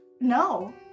No